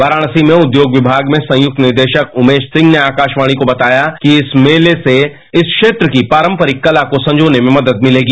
वाराणसी में उद्योग विभाग में संयुक्त निदेशक उनेश सिंह ने आकाशवाणी किसको कहा से बताया कि इस मेले से इस क्षेत्र की पारंपरिक कला को संजोने में मदद मिलेगी